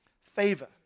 favor